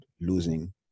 losing